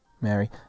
Mary